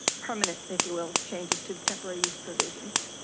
permanent, if you will, changes to the temporary use provisions.